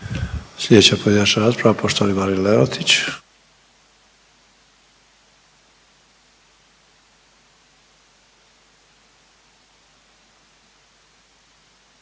Slijedeća pojedinačna rasprava poštovani Marin Lerotić.